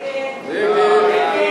ההסתייגות של חבר הכנסת איציק שמולי לסעיף